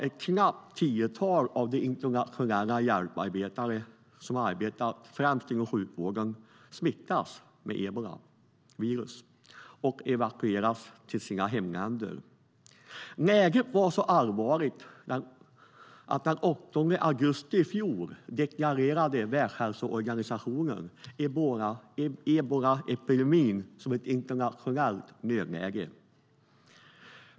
Ett knappt tiotal personer bland de internationella hjälparbetare som har arbetat främst inom sjukvården har smittats av ebolavirus och evakuerats till sina hemländer. Läget var så allvarligt att Världshälsoorganisationen den 8 augusti i fjol deklarerade att ebolaepidemin var ett internationellt nödläge.